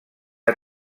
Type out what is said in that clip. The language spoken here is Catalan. era